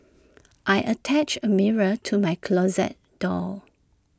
I attached A mirror to my closet door